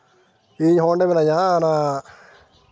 ᱤᱧ ᱦᱚᱸᱜᱰᱮ ᱢᱤᱱᱟᱹᱧᱟ ᱦᱟᱜᱻᱟᱱᱟ